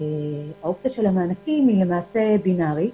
למעשה, אופציית המענקים היא, למעשה, בינארית,